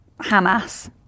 Hamas